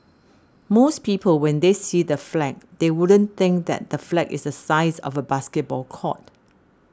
most people when they see the flag they wouldn't think that the flag is the size of a basketball court